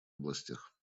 областях